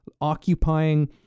occupying